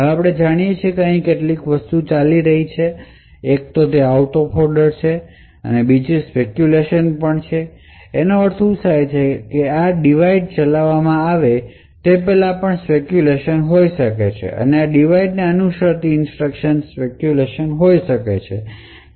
હવે આપણે જાણીએ છીએ કે અહીં કેટલીક વસ્તુઓ ચાલી રહી છે એક તો આઉટ ઓફ ઓર્ડર છે અને સ્પેકયુલેશનપણ છે અને શું થાય છે કે આ ડીવાઇડ ચલાવવામાં આવે તે પહેલાં પણ તે સ્પેકયુલેશન હોઈ શકે છે કે આ ડીવાઇડ ને અનુસરતી ઇન્સટ્રકશન સ્પેકયુલેશન હોઈ શકે